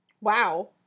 Wow